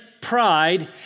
pride